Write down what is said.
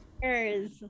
cheers